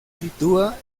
sitúa